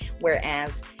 Whereas